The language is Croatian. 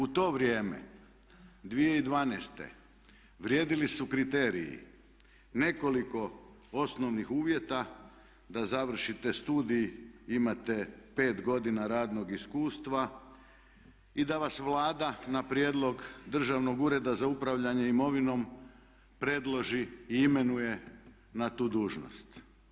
U to vrijeme 2012.vrijedili su kriteriji nekoliko osnovnih uvjeta da završite studij, imate 5 godina radnog iskustva i da vas Vlada na prijedlog Državnog ureda za upravljanje imovinom predloži i imenuje na tu dužnost.